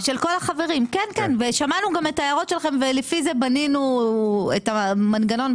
בסעיף 6 שעוסק בתוכנית המאזנת,